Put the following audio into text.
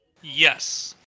Yes